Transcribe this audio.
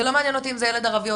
זה לא מעניין אותי אם זה ילד ערבי,